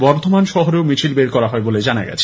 বর্ধমান শহরেও মিছিল বের করা হয় বলে জানা গেছে